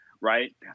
right